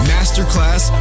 Masterclass